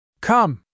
Come